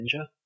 Ninja